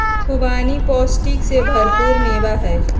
खुबानी पौष्टिक से भरपूर मेवा हई